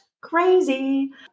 crazy